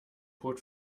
code